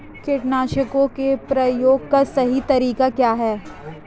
कीटनाशकों के प्रयोग का सही तरीका क्या है?